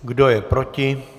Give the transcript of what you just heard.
Kdo je proti?